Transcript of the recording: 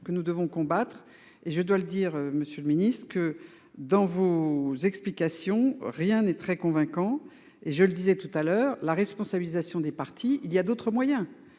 que nous devons combattre et je dois le dire, Monsieur le Ministre que dans vos vos explications. Rien n'est très convaincant et je le disais tout à l'heure la responsabilisation des partis il y a d'autres moyens